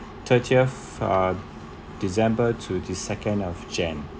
thirtieth uh december to the second of jan~